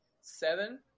seven